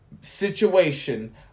situation